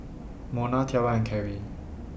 Mona Tiara and Kerry